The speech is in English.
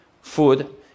food